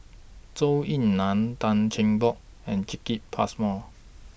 Zhou Ying NAN Tan Cheng Bock and Jacki Passmore